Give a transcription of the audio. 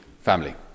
family